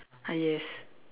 ah yes